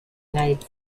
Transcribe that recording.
united